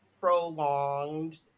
prolonged